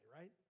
right